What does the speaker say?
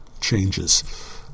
changes